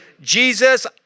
Jesus